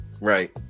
Right